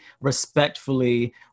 respectfully